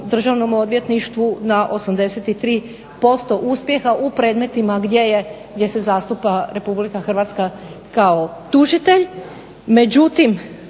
državnom odvjetništvu na 83% uspjeha u predmetima gdje se zastupa RH kao tužitelj.